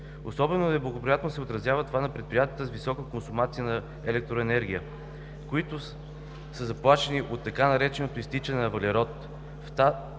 Особено неблагоприятно се отразява това на предприятията с висока консумация на електроенергия, които са заплашени от така нареченото изтичане на въглерод.